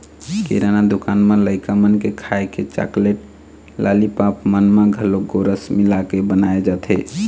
किराना दुकान म लइका मन के खाए के चाकलेट, लालीपॉप मन म घलोक गोरस मिलाके बनाए जाथे